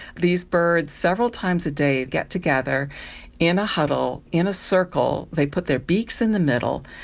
these birds, several times a day get together in a huddle, in a circle, they put their beaks in the middle,